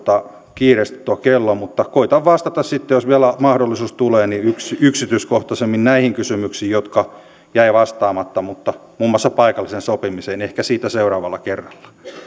kiireesti tuo kello mutta koetan vastata sitten jos vielä mahdollisuus tulee yksityiskohtaisemmin näihin kysymyksiin jotka jäivät vastaamatta muun muassa paikallisen sopimiseen ehkä siitä seuraavalla kerralla